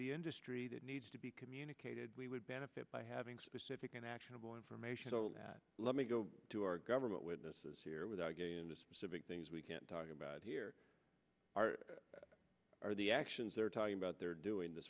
the industry that needs to be communicated we would benefit by having specific and actionable information that let me go to our government witnesses here without getting into specific things we can't talk about here are the actions or talking about they're doing th